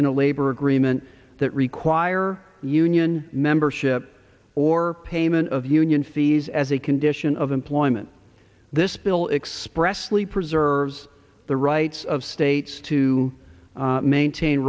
in a labor agreement that require union membership or payment of union fees as a condition of employment this bill expressed lee preserves the rights of states to maintain